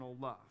love